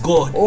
God